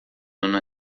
una